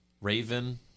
Raven